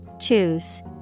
Choose